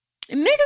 Niggas